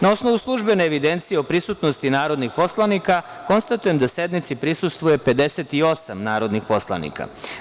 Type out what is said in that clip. Na osnovu službene evidencije o prisutnosti narodnih poslanika, konstatujem da sednici prisustvuje 58 narodnih poslanika.